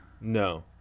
No